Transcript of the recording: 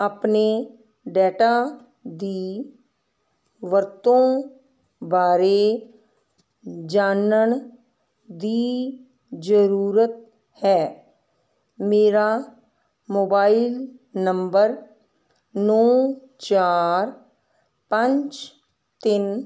ਆਪਣੇ ਡਾਟਾ ਦੀ ਵਰਤੋਂ ਬਾਰੇ ਜਾਨਣ ਦੀ ਜ਼ਰੂਰਤ ਹੈ ਮੇਰਾ ਮੋਬਾਇਲ ਨੰਬਰ ਨੌਂ ਚਾਰ ਪੰਜ ਤਿੰਨ